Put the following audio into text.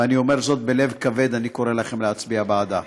ואני אומר זאת בלב כבד, אני קורא לכם להצביע בעדה.